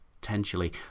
potentially